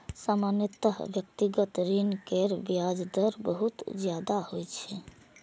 सामान्यतः व्यक्तिगत ऋण केर ब्याज दर बहुत ज्यादा होइ छै